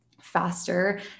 faster